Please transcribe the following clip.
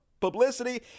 publicity